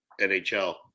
NHL